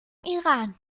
iran